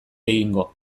egingo